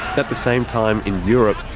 at the same time, in europe,